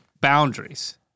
boundaries